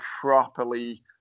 properly